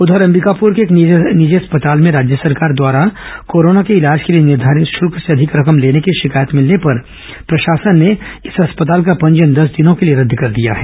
उधर अंबिकापुर के एक निजी अस्पताल में राज्य सरकार द्वारा कोरोना के इलाज के लि निर्धारित शुल्क से अधिक रकम लेने की शिकायत मिलने पर प्रशासन ने इस अस्पताल का पंजीयन दस दिनों के लिए रद्द कर दिया गया है